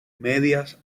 medias